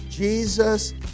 Jesus